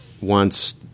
wants